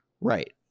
Right